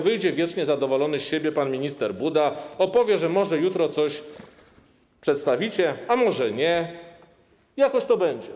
Wyjdzie wiecznie zadowolony z siebie pan minister Buda i powie, że może jutro coś przedstawicie, a może nie, jakoś to będzie.